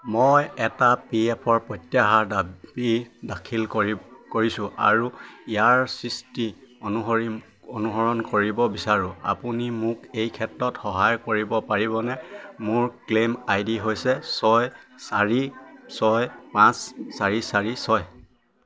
মই এটা P F প্ৰত্যাহাৰৰ দাবী দাখিল কৰিছোঁ আৰু ইয়াৰ সৃষ্টি অনুসৰি অনুসৰণ কৰিব বিচাৰোঁ আপুনি মোক এই ক্ষেত্ৰত সহায় কৰিব পাৰিবনে মোৰ ক্লেইম আই ডি হৈছে ছয় চাৰি ছয় পাঁচ চাৰি চাৰি ছয়